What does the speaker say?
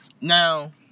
Now